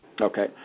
Okay